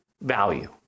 value